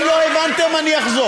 אם לא הבנתם, אני אחזור.